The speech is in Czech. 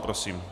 Prosím.